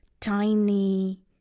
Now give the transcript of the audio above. Tiny